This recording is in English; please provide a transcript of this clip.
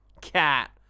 Cat